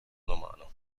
romano